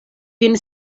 vin